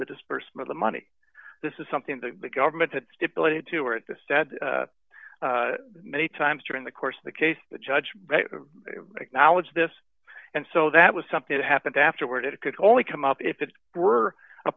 the disbursement the money this is something the government had stipulated to or at the said many times during the course of the case the judge acknowledged this and so that was something that happened afterward it could only come up if it were a